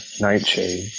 nightshade